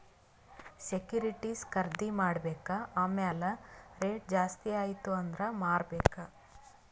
securities ಖರ್ದಿ ಮಾಡ್ಬೇಕ್ ಆಮ್ಯಾಲ್ ರೇಟ್ ಜಾಸ್ತಿ ಆಯ್ತ ಅಂದುರ್ ಮಾರ್ಬೆಕ್